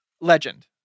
legend